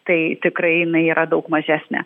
tai tikrai jinai yra daug mažesnė